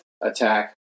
attack